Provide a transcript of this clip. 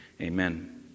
Amen